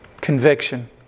conviction